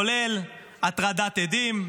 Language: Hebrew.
כולל הטרדת עדים,